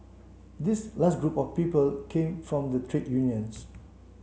this last group of people came from the trade unions